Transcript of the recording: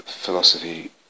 philosophy